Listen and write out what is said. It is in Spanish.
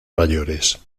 mayores